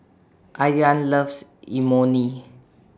Ayaan loves Imoni